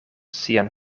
sian